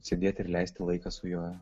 sėdėti ir leisti laiką su juo